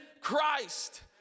Christ